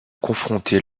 confronter